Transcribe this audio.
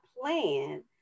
plan